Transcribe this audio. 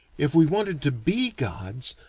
if we wanted to be gods